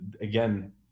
again